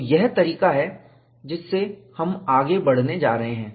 तो यही तरीका है जिससे हम आगे बढ़ने जा रहे हैं